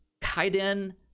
kaiden